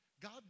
God